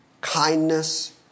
kindness